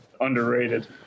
underrated